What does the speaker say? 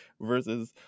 Versus